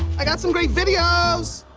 i got some great videos!